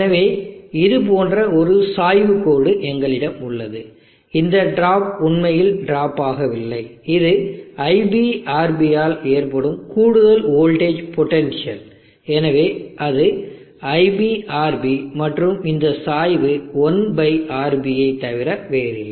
எனவே இது போன்ற ஒரு சாய்வுக் கோடு எங்களிடம் உள்ளது இந்த டிராப் உண்மையில் டிராப் ஆகவில்லைஇது iBRB ஆல் ஏற்படும் கூடுதல் வோல்டேஜ் பொட்டன்ஷியல் எனவே அது IBRB மற்றும் இந்த சாய்வு 1 RB ஐத் தவிர வேறில்லை